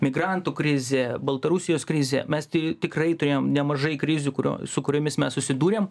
migrantų krizė baltarusijos krizė mes tai tikrai turėjom nemažai krizių kurio su kuriomis mes susidūrėm